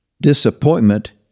Disappointment